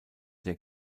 der